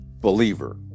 believer